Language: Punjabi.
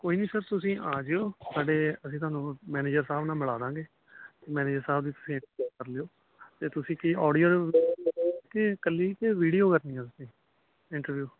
ਕੋਈ ਨਹੀਂ ਸਰ ਤੁਸੀਂ ਆ ਜਿਓ ਸਾਡੇ ਅਸੀਂ ਤੁਹਾਨੂੰ ਮੈਨੇਜਰ ਸਾਹਿਬ ਨਾਲ ਮਿਲਾ ਦਾਂਗੇ ਮੈਨੇਜਰ ਸਾਹਿਬ ਦੀ ਤੁਸੀਂ ਕਰ ਲਿਓ ਅਤੇ ਤੁਸੀਂ ਕੀ ਓਡੀਓ ਕਿ ਇਕੱਲੀ ਕਿ ਵੀਡੀਓ ਕਰਨੀ ਆ ਤੁਸੀਂ ਇੰਟਰਵਿਊ